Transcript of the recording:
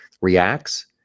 reacts